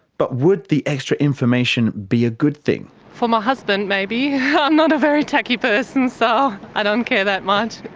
but would the extra information be a good thing? for my husband maybe. i'm not a very techy person so i don't care that much.